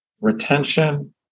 retention